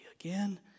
again